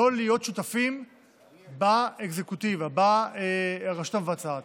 לא להיות שותפים באקזקוטיבה, ברשות המבצעת.